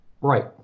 Right